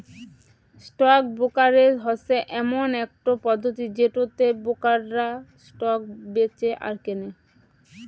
stock brokerage হসে এমন একটো পদ্ধতি যেটোতে ব্রোকাররা স্টক বেঁচে আর কেনে